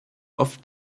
oft